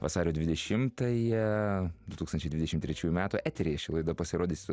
vasario dvidešimtąją du tūkstančiai dvidešimt trečiųjų metų eteryje ši laida pasirodys